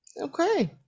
Okay